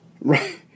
Right